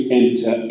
enter